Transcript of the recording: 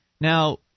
Now